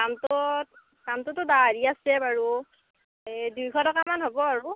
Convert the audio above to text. দামটো দামটোটো বাঢ়ি আছে বাৰু এই দুইশ টকামান হ'ব আৰু